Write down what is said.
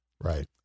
Right